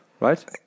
Right